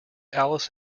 alice